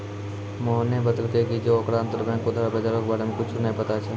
मोहने बतैलकै जे ओकरा अंतरबैंक उधार बजारो के बारे मे कुछु नै पता छै